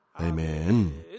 Amen